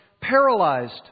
paralyzed